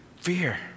fear